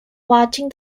watching